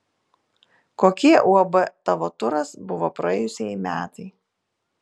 kokie uab tavo turas buvo praėjusieji metai